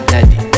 Daddy